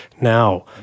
now